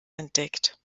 entdeckt